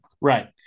Right